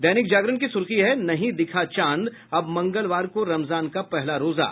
दैनिक जागरण की सुर्खी है नहीं दिखा चांद अब मंगलवार को रमजान का पहला रोजा